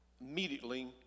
immediately